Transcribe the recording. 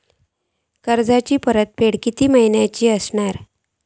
कर्जाची परतफेड कीती महिन्याची असतली?